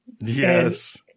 Yes